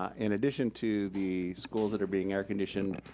in addition to the schools that are being air conditioned,